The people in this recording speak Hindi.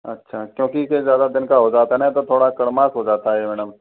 अच्छा क्योंकि फिर ज़्यादा दिन का हो जाता है ना तो थोड़ा हो जाता है ये मैडम